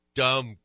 dumb